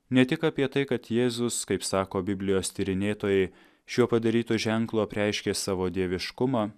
ne tik apie tai kad jėzus kaip sako biblijos tyrinėtojai šiuo padarytu ženklu apreiškė savo dieviškumą